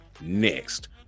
next